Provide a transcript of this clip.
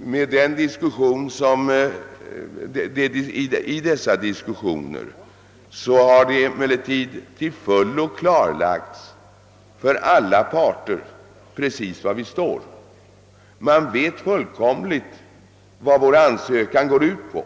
som yttrat sig i dagens debatt vill rubba på denna grundsten i utrikespolitiken. I diskussionerna med företrädarna för Kommissionen har det emellertid till fullo klarlagts för alla parter precis var vi står. Man vet fullkomligt vad vår ansökan går ut på.